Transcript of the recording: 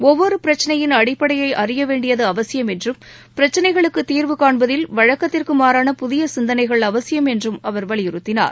ஒவ்வொரு பிரச்னையின் அடிப்படையை அறியவேண்டியது அவசியம் என்றும் பிரச்னைகளுக்கு தீர்வுகாண்பதில் வழக்கத்திற்கு மாறான புதிய சிந்தனைகள் அவசியம் என்றும் அவர் வலியுறுத்தினார்